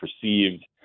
perceived